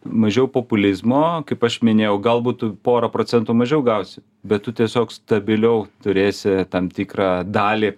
mažiau populizmo kaip aš minėjau gal būtų porą procentų mažiau gausi bet tu tiesiog stabiliau turėsi tam tikrą dalį